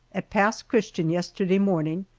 at pass christian yesterday morning,